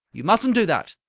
you mustn't do that!